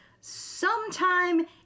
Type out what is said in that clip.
sometime